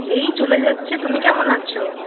এই চলে যাচ্ছে তুমি কেমন আছো